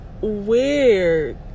weird